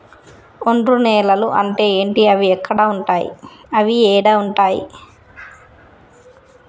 ఒండ్రు నేలలు అంటే ఏంటి? అవి ఏడ ఉంటాయి?